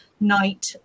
night